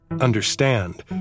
understand